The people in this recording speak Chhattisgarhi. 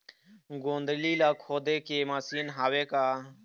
गोंदली ला खोदे के मशीन हावे का?